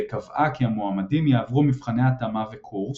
וקבעה כי המועמדים יעברו מבחני התאמה וקורס,